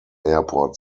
airport